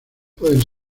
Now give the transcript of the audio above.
pueden